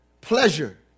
pleasure